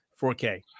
4k